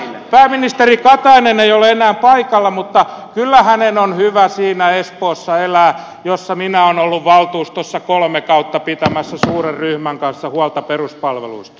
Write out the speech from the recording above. pääministeri katainen ei ole enää paikalla mutta kyllä hänen on hyvä siinä espoossa elää jossa minä olen ollut valtuustossa kolme kautta pitämässä suuren ryhmän kanssa huolta peruspalveluista